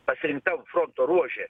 pasirinktam fronto ruože